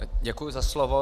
Děkuji za slovo.